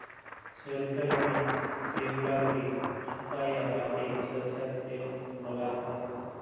সরষার বীজ যেগলাকে সুকাই বাঁটে সরষার তেল বালাল হ্যয়